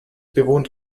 bewohnt